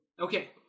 Okay